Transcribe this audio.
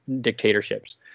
dictatorships